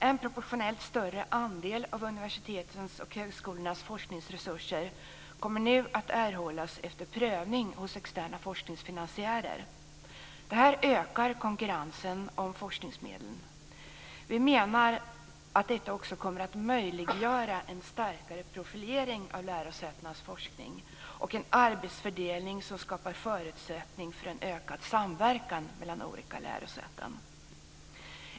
En proportionellt större andel av universitetens och högskolornas forskningsresurser kommer nu att erhållas efter prövning hos externa forskningsfinansiärer. Det här ökar konkurrensen om forskningsmedlen. Vi menar att detta också kommer att möjliggöra en starkare profilering av lärosätenas forskning och en arbetsfördelning som skapar förutsättningar för en ökad samverkan mellan olika lärosäten.